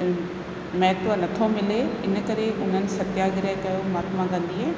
महत्वु नथो मिले इनकरे उन्हनि सत्याग्रह कयो महात्मा गांधीअ